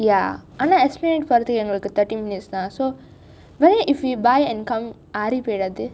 ya ஆனால்:aanaal esplanade க்கு வந்து எங்களுக்கு:ku vanthu enkalukku thirty minutes தான்:thaan so even if we buy and come ஆரி போயிடாது:aari poyidathu